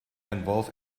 involve